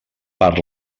per